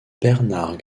bernard